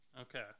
Okay